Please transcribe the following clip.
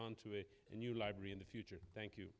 on to a new library in the future thank you